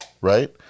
right